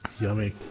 Yummy